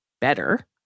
better